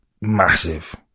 massive